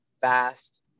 fast